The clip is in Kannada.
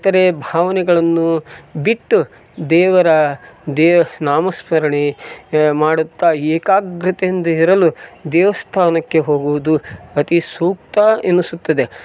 ಇತರೇ ಭಾವನೆಗಳನ್ನು ಬಿಟ್ಟು ದೇವರ ದೇವ ನಾಮಸ್ಮರಣೆಯ ಮಾಡುತ್ತಾ ಏಕಾಗ್ರತೆಯಿಂದ ಇರಲು ದೇವಸ್ಥಾನಕ್ಕೆ ಹೋಗುವುದು ಅತಿ ಸೂಕ್ತ ಎನಿಸುತ್ತದೆ